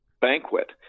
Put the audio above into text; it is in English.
banquet